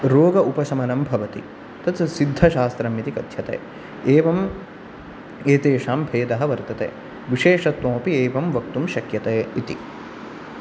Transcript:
रोग उपशमनं भवति तत् सिद्धशास्त्रम् इति कथ्यते एवम् एतेषां भेदः वर्तते विशेषत्वम् अपि एवं वक्तुं शक्यते इति